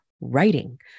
writing